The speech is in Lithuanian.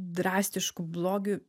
drastišku blogiu